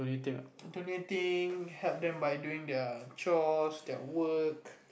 donating help them by doing their chores their work